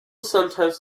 sometimes